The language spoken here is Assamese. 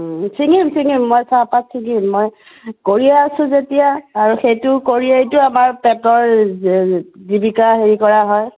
ছিঙিম ছিঙিম মই চাহপাত ছিঙিম মই কৰিয়ে আছোঁ যেতিয়া আৰু সেইটো কৰিয়েইতো আমাৰ পেটৰ জীৱিকা হেৰি কৰা হয়